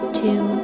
two